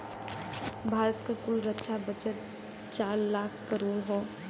भारत क कुल रक्षा बजट चार लाख करोड़ हौ